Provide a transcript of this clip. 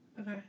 Okay